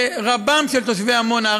ורבם של תושבי עמונה,